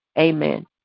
Amen